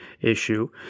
issue